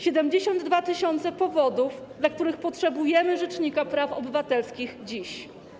72 tys. powodów, dla których potrzebujemy rzecznika praw obywatelskich dziś.